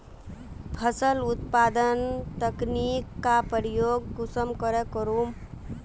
फसल उत्पादन तकनीक का प्रयोग कुंसम करे करूम?